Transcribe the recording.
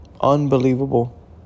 Unbelievable